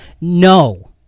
No